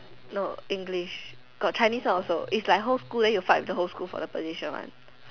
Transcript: no English got Chinese one also is like whole school then you fight with the whole school for the position one